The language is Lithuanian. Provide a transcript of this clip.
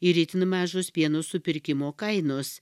ir itin mažos pieno supirkimo kainos